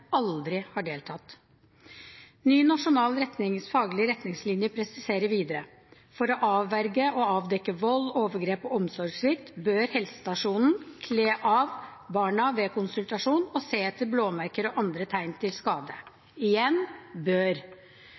aldri har deltatt. Ny nasjonal faglig retningslinje presiserer videre: «For å avverge og avdekke vold, overgrep og omsorgssvikt bør helsestasjonen: Kle helt av barna ved alle konsultasjoner og se etter blåmerker og andre tegn til skade.» Igjen: